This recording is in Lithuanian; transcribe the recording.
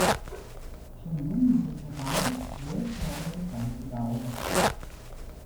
šiandien miuziklo žanras vėl pradeda kelti galvą